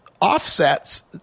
offsets